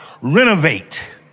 renovate